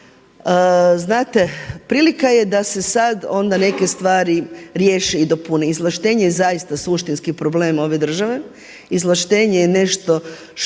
znate prilika je da se sad onda neke stvari riješe i dopune. Izvlaštenje je zaista suštinski problem ove države, izvlaštenje je nešto što